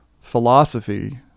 philosophy